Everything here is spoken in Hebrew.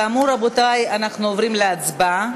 כאמור, רבותי, אנחנו עוברים להצבעה.